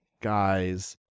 guys